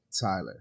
tyler